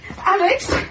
Alex